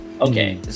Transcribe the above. Okay